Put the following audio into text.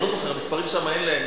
אני לא זוכר, המספרים שם, אין להם,